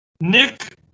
Nick